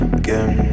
again